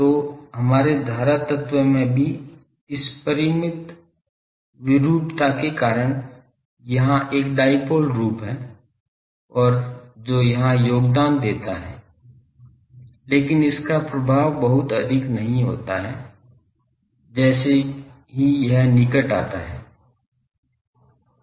तो हमारे धारा तत्व में भी इस परिमित विरूपता के कारण यहाँ एक डायपोल रूप है और जो यहाँ योगदान देता है लेकिन इसका प्रभाव बहुत अधिक नहीं होता है जैसे ही यह निकट आता है